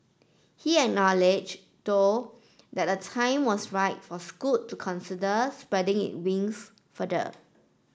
he acknowledge though that a time was right for Scoot to consider spreading it wings further